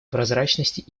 прозрачности